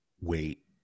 wait